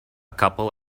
couple